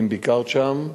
אם ביקרת שם,